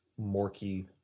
Morky